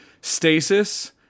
stasis